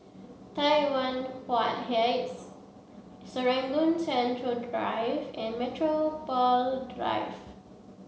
Tai Yuan Heights Serangoon Central Drive and Metropole Drive